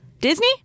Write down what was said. Disney